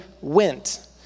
went